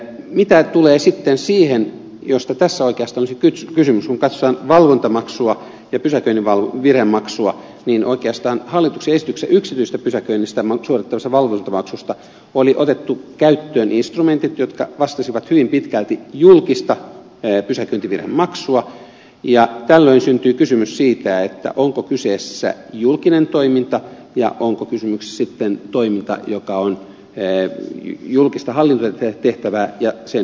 mitä tulee sitten siihen josta tässä oikeastaan on kysymys kun katsotaan valvontamaksua ja pysäköintivirhemaksua niin oikeastaan hallituksen esityksessä yksityisestä pysäköinnistä suoritettavasta valvontamaksusta oli otettu käyttöön instrumentit jotka vastasivat hyvin pitkälti julkista pysäköintivirhemaksua ja tällöin syntyi kysymys siitä onko kyseessä julkinen toiminta ja onko kyseessä toiminta joka on julkista hallintotehtävää ja sen ydinalueella